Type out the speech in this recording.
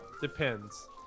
depends